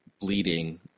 bleeding